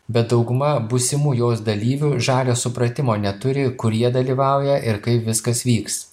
bet dauguma būsimų jos dalyvių žalio supratimo neturi kur jie dalyvauja ir kai viskas vyks